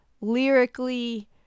lyrically